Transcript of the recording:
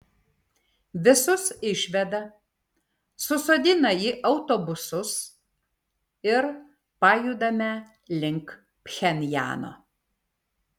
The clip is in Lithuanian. visus išveda susodina į autobusus ir pajudame link pchenjano